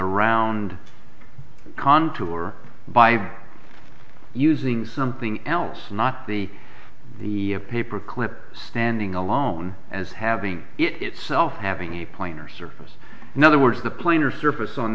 a round contour by using something else not the the paperclip standing alone as having it itself having a plainer surface in other words the planar surface on